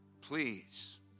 Please